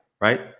right